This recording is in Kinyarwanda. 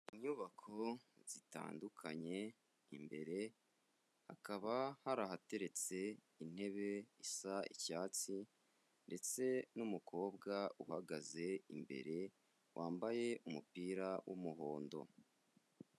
Inyubako zitandukanye, imbere hakaba hari ahateretse intebe isa icyatsi ndetse n' numukobwa uhagaze imbere wambaye umupira w'umuhondo.